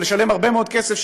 לשלם הרבה מאוד כסף,